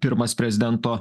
pirmas prezidento